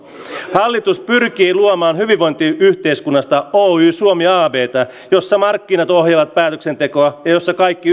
hallitus pyrkii luomaan hyvinvointiyhteiskunnasta oy suomi abta jossa markkinat ohjaavat päätöksentekoa ja jossa kaikki